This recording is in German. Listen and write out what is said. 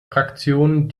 fraktion